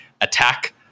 Attack